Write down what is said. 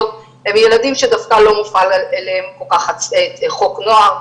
הם ילדים שדווקא לא מוחל עליהם כל כך חוק נוער,